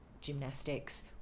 gymnastics